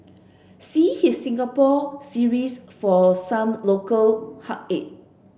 see his Singapore series for some local heartache